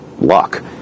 luck